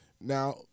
Now